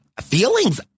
feelings